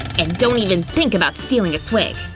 and don't even think about stealing a swig.